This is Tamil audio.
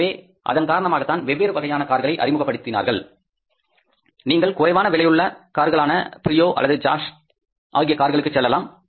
எனவே அதன் காரணமாகத்தான் வெவ்வேறு வகையான கார்களை அறிமுகப்படுத்தினார்கள் நீங்கள் குறைவான விலையுள்ள கார்க்கலான பிரியோ அல்லது ஜாஸ் ஆகிய கார்களுக்கு செல்லலாம்